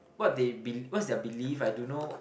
what they be what's their belief I don't know